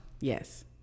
Yes